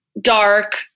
dark